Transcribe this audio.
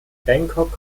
bangkok